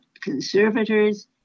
conservators